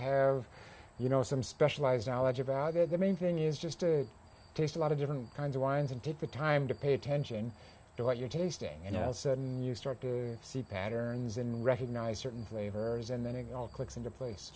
have you know some specialized knowledge about it the main thing is just it takes a lot of different kinds of wines and take the time to pay attention to what you're tasting and else and you start to see patterns in recognize certain flavors and then it all clicks into place